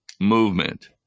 movement